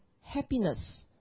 happiness